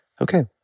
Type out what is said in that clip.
okay